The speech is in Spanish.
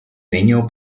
niño